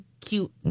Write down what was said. cute